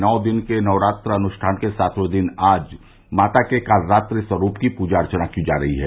नौ दिन के नवरात्र अनुष्ठान के सातवें दिन आज माता के कात्ररात्रि स्वरूप की प्जा अर्चना की जा रही है